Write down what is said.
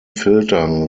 filtern